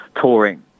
touring